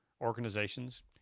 organizations